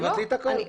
תבטלי הכול.